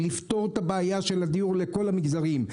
לפתור את הבעיה של הדיור לכל המגזרים.